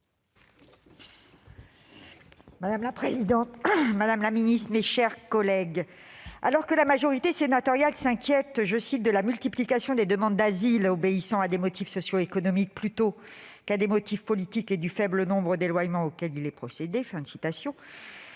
Madame la présidente, madame la ministre, mes chers collègues, alors que la majorité sénatoriale s'inquiète de « la multiplication des demandes d'asile obéissant à des motifs socio-économiques plutôt qu'à des motifs politiques et du faible nombre d'éloignements auquel il est procédé », nous